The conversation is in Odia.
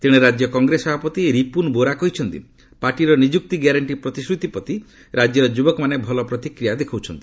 ତେଣେ ରାଜ୍ୟ କଂଗ୍ରେସ ସଭାପତି ରିପୁନ ବୋରା କହିଛନ୍ତି ପାର୍ଟିର ନିଯୁକ୍ତି ଗ୍ୟାରେଣ୍ଟି ପ୍ରତିଶ୍ରତିପ୍ରତି ରାଜ୍ୟର ଯୁବକମାନେ ଭଲ ପ୍ରତିକ୍ରିୟା ଦେଖାଉଛନ୍ତି